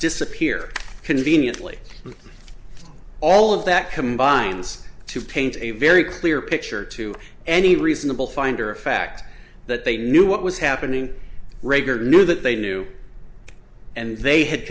disappear conveniently all of that combines to paint a very clear picture to any reasonable finder of fact that they knew what was happening rager knew that they knew and they had